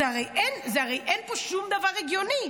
הרי אין פה שום דבר הגיוני.